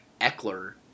Eckler